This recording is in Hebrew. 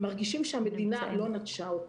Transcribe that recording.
מרגישים שהמדינה לא נטשה אותם.